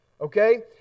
Okay